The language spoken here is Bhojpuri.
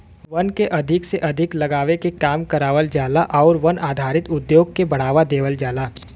वन के अधिक से अधिक लगावे के काम करावल जाला आउर वन आधारित उद्योग के बढ़ावा देवल जाला